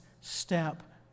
step